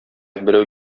берәү